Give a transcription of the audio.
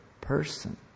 person